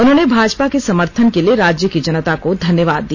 उन्होंने भाजपा के समर्थन के लिए राज्य की जनता को धन्यवाद दिया